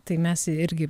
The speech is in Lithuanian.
tai mes irgi